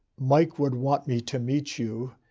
mike would want me to meet you.